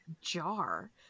jar